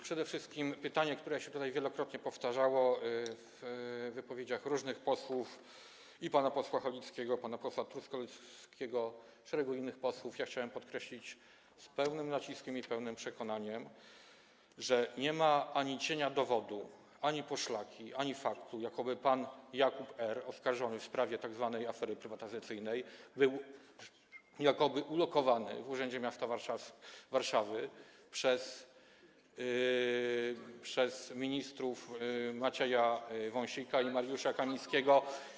Przede wszystkim co do pytania, które się tutaj wielokrotnie powtarzało w wypowiedziach różnych posłów, i pana posła Halickiego, i pana posła Truskolaskiego, i wielu innych posłów, chciałem podkreślić z pełnym naciskiem i pełnym przekonaniem, że nie ma ani cienia dowodu, ani poszlaki dotyczącej faktu, jakoby pan Jakub R., oskarżony w sprawie tzw. afery prywatyzacyjnej, był ulokowany w urzędzie miasta Warszawy przez ministrów Macieja Wąsika i Mariusza Kamińskiego.